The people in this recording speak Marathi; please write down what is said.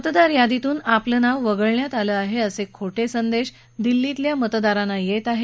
मतदार यादीतून आपलं नाव वगळण्यात आलं आहे असे खोटे संदेश दिल्लीतल्या मतदारांना येत आहेत